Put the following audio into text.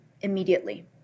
immediately